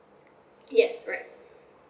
yes right